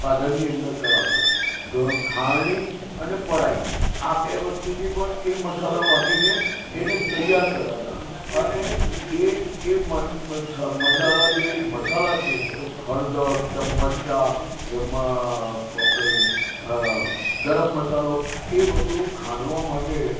સાધનની અંદર કરાવતાં ખાયણી અને પરાઈ આ બે વસ્તુથી પણ એ મસાલા વાટી ને એને તૈયાર કરાવતા હતા અને એ મસાલા જેવી મસાલા છે હળદર મરચાં જે ગરમ મસાલો એ બધું ખાંડવા માટે